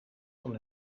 van